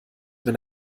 wenn